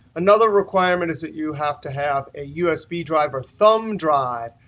another requirement is that you have to have a usb drive or thumb drive.